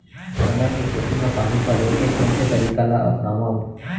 चना के खेती म पानी पलोय के कोन से तरीका ला अपनावव?